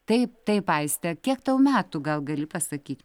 taip taip aiste kiek tau metų gal gali pasakyti